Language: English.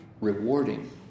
rewarding